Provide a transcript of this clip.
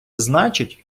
значить